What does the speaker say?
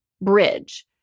bridge